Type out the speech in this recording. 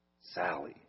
Sally